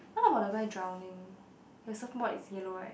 how about the guy drowning the surfboard is yellow right